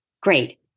Great